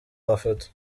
mafoto